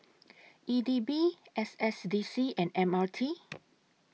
E D B S S D C and M R T